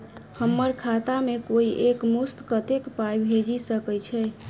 हम्मर खाता मे कोइ एक मुस्त कत्तेक पाई भेजि सकय छई?